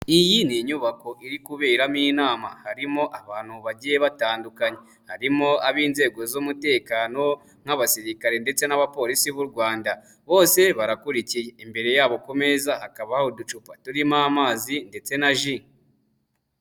Iyi ni inyubako iri kuberamo inama harimo abantu bagiye batandukanye, harimo ab'inzego z'umutekano nk'abasirikare ndetse n'abapolisi b'u Rwanda bose barakurikiye, imbere yabo ku meza hakabaho uducupa turimo amazi ndetse na ji.